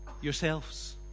yourselves